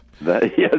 Yes